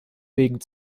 wegen